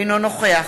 אינו נוכח